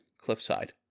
cliffside